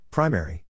Primary